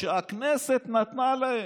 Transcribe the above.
שהכנסת נתנה להם.